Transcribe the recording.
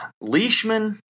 Leishman